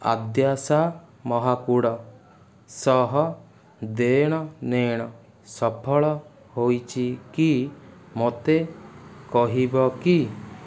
ଆଦ୍ୟାଶା ମହାକୁଡ଼ ସହ ଦେଣନେଣ ସଫଳ ହୋଇଛି କି ମୋତେ କହିବ କି